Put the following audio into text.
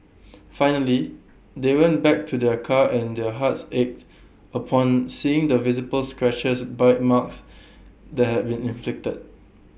finally they went back to their car and their hearts ached upon seeing the visible scratches bite marks that had been inflicted